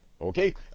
Okay